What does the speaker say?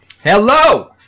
Hello